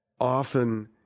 often